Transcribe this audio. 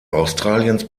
australiens